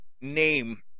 name